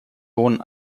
hohen